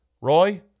Roy